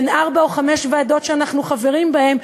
בין ארבע או חמש ועדות שאנחנו חברים בהן,